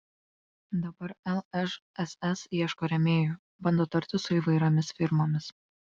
dabar lžss ieško rėmėjų bando tartis su įvairiomis firmomis